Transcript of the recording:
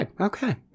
okay